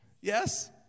Yes